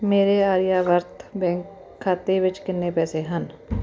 ਮੇਰੇ ਆਰਿਆਵਰਤ ਬੈਂਕ ਖਾਤੇ ਵਿੱਚ ਕਿੰਨੇ ਪੈਸੇ ਹਨ